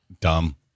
Dumb